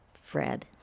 Fred